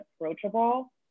approachable